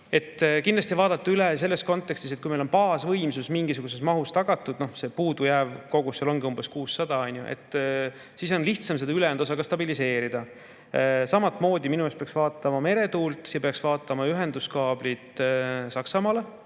see] vaadata üle selles kontekstis, et kui meil on baasvõimsus mingisuguses mahus tagatud, puudujääv kogus seal on umbes 600, siis on lihtsam seda ülejäänud osa stabiliseerida. Samamoodi peaks minu arust vaatama meretuult, peaks vaatama ühenduskaablit Saksamaaga.